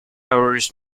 hours